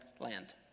land